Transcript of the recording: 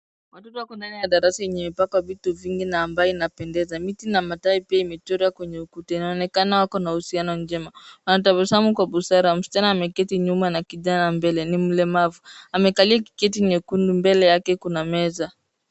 Watoto wako ndani ya darasa yenye imepakwa vitu vingi na ambayo inapendeza. Miti na matawi pia imechorwa kwenye ukuta inaonekana wako na uhusiano njema wanatabasamu kwa busara msichana ameketi nyuma na kijana mbele ni mlemavu amekalia kiti nyekundu mbele yake kuna meza.